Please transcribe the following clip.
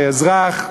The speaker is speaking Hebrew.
כאזרח,